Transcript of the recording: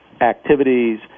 activities